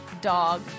dog